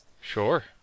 sure